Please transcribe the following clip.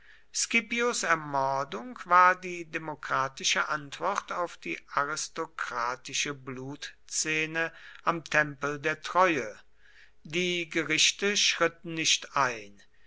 scipios ermordung war die demokratische antwort auf die aristokratische blutszene am tempel der treue die gerichte schritten nicht ein